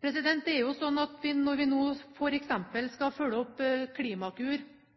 Når vi nå f.eks. skal følge opp Klimakur, når vi nå